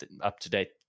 up-to-date